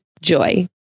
Joy